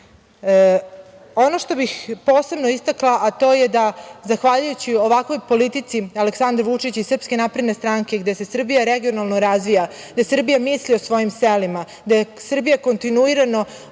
što bih posebno istakla je da zahvaljujući ovakvoj politici Aleksandra Vučića i SNS, gde se Srbija regionalno razvija, gde Srbija misli o svojim selima, gde Srbija kontinuirano